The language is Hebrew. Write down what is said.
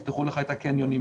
יפתחו לך את הקניונים,